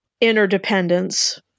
interdependence